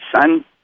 son